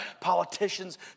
politicians